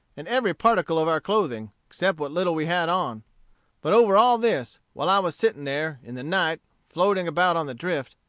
and every particle of our clothing, except what little we had on but over all this, while i was sitting there, in the night, floating about on the drift,